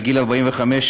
בגיל 45,